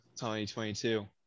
2022